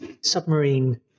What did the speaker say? submarine